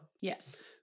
Yes